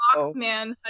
Boxman